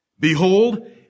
Behold